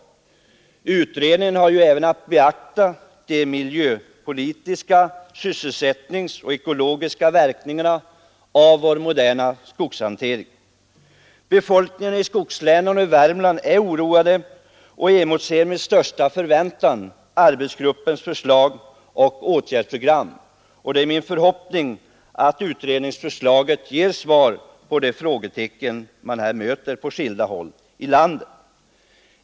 Utredningen har ju även att beakta de sysselsättningsoch miljöpolitiska samt ekologiska verkningarna av vår moderna skogshantering. Befolkningen i skogslänen är oroad och motser med största förväntan arbetsgruppens förslag och åtgärdsprogram. Det är min förhoppning att utredningsförslaget ger svar på de frågetecken man möter på skilda håll i landet.